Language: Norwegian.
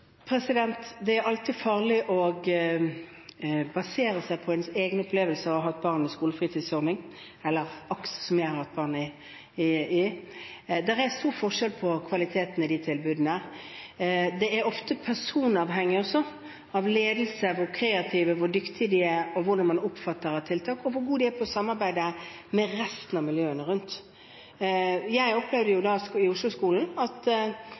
Det er alltid farlig å basere seg på ens egne opplevelser av å ha hatt barn i skolefritidsordning – eller AKS, der jeg har hatt barn. Det er stor forskjell på kvaliteten i disse tilbudene. Det er ofte også personavhengig, av ledelse, hvor kreative og hvor dyktige de er, hvordan man oppfatter tiltak, og hvor god man er til å samarbeide med resten av miljøene rundt. Jeg opplevde i Oslo-skolen at